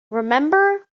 remember